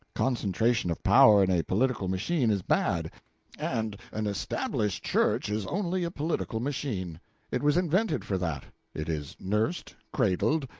concentration of power in a political machine is bad and an established church is only a political machine it was invented for that it is nursed, cradled,